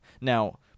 Now